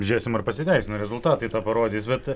žėsim ar pasiteisino rezultatai tą parodys bet